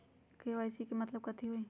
KYC के मतलब कथी होई?